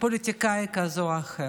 פוליטיקאי כזה או אחר.